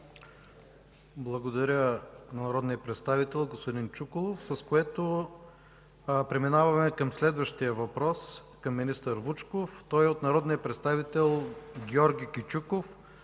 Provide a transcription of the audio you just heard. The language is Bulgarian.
Благодаря на народния представител господин Чуколов. Преминаваме към следващия въпрос към министър Вучков, той е от народния представител Георги Кючуков,